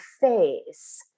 face